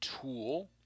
tool